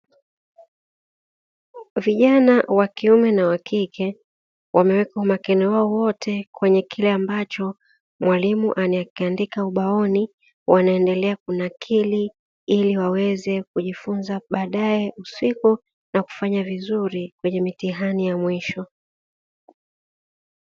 Vijana wa kiume na wa kike wameweka umakini wao wote kwenye kile ambacho mwalimu anaiandika ubaoni, wanaendelea kunakili ili waweze kujifunza baadaye usiku na kufanya vizuri kwenye mitihani ya mwisho.